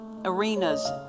Arenas